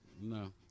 No